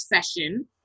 session